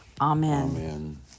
Amen